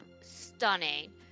stunning